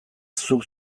zuk